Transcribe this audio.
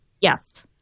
Yes